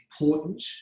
important